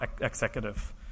executive